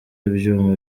ibyuma